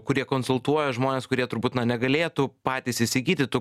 kurie konsultuoja žmones kurie turbūt na negalėtų patys įsigyti tų